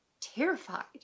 terrified